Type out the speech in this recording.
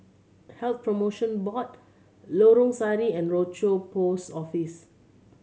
Health Promotion Board Lorong Sari and Rochor Post Office